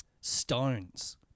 stones